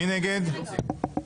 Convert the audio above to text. מי נגד?